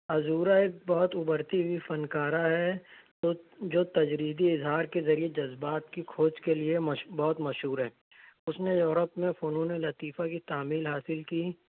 عزورہ ایک بہت ابھرتی ہوئی فن کارہ ہے جو جو تجریدی اظہار کے ذریعے جذبات کی کھوج کے لیے بہت مشہور ہے اس نے یوروپ میں فنون لطیفہ کی تعمیل حاصل کی